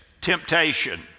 temptation